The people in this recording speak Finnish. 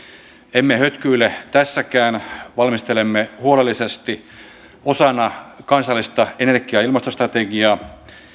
emme hötkyile tässäkään valmistelemme huolellisesti osana kansallista energia ja ilmastostrategiaa